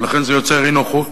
ולכן זה יוצר אי-נוחות.